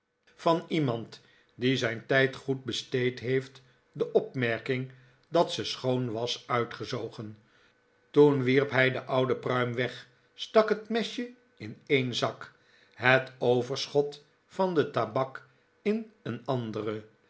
van iemand die zijn tijd goed besteed heeft de opmerking dat ze schoon was uitgezogert toen wierp hij de oude pruim weg stak het mesje in een zak het overschot van de tabak in een anderen